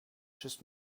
just